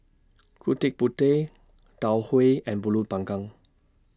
Gudeg Putih Tau Huay and Pulut Panggang